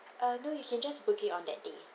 uh no you an just book it on that day